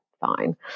fine